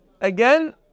again